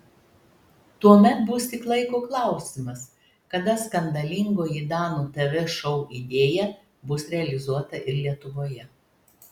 tuomet bus tik laiko klausimas kada skandalingoji danų tv šou idėja bus realizuota ir lietuvoje